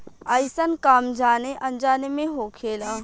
अइसन काम जाने अनजाने मे होखेला